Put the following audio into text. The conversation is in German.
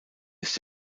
ist